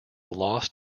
lost